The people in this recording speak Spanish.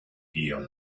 guión